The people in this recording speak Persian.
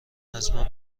ازمن